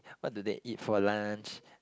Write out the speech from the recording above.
what do they eat for lunch